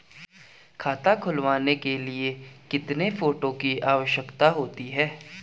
खाता खुलवाने के लिए कितने फोटो की आवश्यकता होती है?